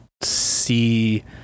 see